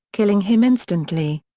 killing him instantly.